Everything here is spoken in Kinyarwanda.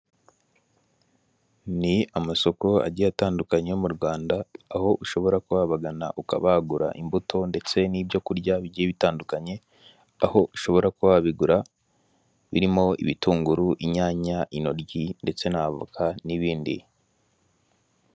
Ni amasoko agiye atandukanye mu Rwanda, aho ushobora kubagana ukaba wagura imbuto ndetse n'ibyo kurya bitandukanye. Aho ushobora ku wabigura birimo ibitunguru, inyanya, intoryi, ndetse n' avoka n'ibindi.